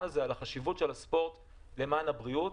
הזה על החשיבות של הספורט למען הבריאות.